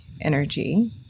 energy